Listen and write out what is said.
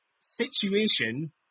situation